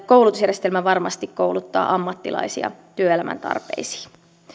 koulutusjärjestelmä varmasti kouluttaa ammattilaisia työelämän tarpeisiin